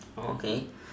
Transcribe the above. okay